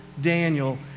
Daniel